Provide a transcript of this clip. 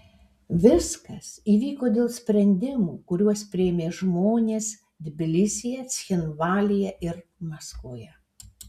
viskas įvyko dėl sprendimų kuriuos priėmė žmonės tbilisyje cchinvalyje ir maskvoje